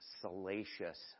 salacious